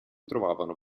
trovavano